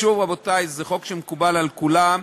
שוב, רבותי, זה חוק שמקובל על כולם,